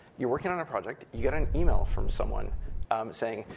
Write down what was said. you're working on a project, you got an email from someone um saying,